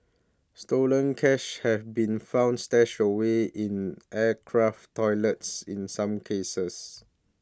stolen cash have been found stashed away in aircraft toilets in some cases